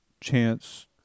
Chance